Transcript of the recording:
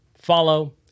follow